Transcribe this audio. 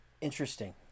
Interesting